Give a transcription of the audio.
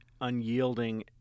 unyielding